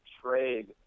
trade